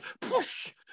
push